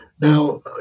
Now